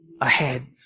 ahead